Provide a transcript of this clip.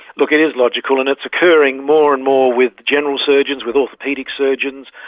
look, it is logical, and it's occurring more and more with general surgeons, with orthopaedic surgeons,